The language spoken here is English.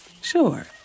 Sure